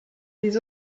les